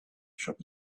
shop